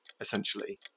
essentially